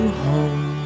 home